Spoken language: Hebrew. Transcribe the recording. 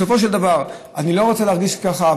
בסופו של דבר, אני לא רוצה להרגיש ככה.